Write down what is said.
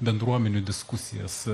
bendruomenių diskusijas